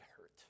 hurt